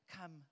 come